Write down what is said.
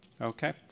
Okay